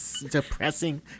depressing